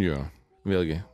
jo vėlgi